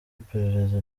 iperereza